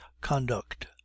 conduct